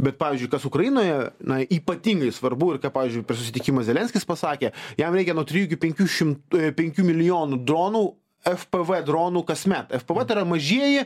bet pavyzdžiui kas ukrainoje na ypatingai svarbu ir ką pavyzdžiui per susitikimą zelenskis pasakė jam reikia nuo trijų iki penkių šimt penkių milijonų dronų fpv dronų kasmet vat yra mažieji